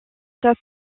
stop